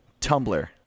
tumblr